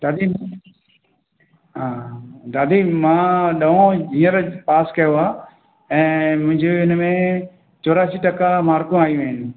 दादी हा दादी मां ॾहों ईयर पास कयो आहे ऐं मुंहिंजी हिनमें चौरासी टका मार्कूं आयूं आहिनि